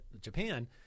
Japan